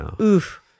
oof